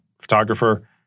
photographer